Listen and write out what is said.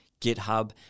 GitHub